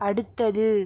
அடுத்தது